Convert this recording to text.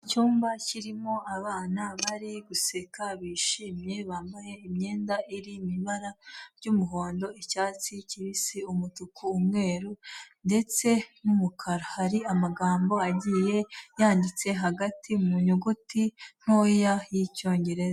Icyumba kirimo abana bari guseka bishimye, bambaye imyenda iri mu ibara ry'umuhondo, icyatsi kibisi, umutuku, umweru ndetse n'umukara. Hari amagambo agiye yanditse hagati mu nyuguti ntoya, y'Icyongereza.